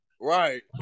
right